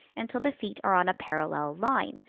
until the feet are on a parallel line,